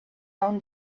own